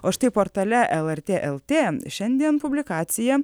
o štai portale lrt lt šiandien publikacija